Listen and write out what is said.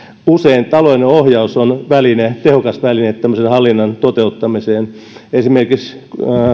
usein taloudellinen ohjaus on tehokas väline tämmöisen hallinnan toteuttamiseen esimerkiksi